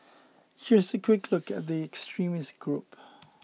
here is a quick look at the extremist group